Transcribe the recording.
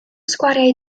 sgwariau